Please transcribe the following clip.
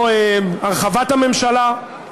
או הרחבת הממשלה.